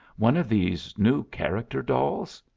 one of these new character dolls?